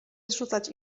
zrzucać